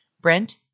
Brent